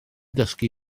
dysgu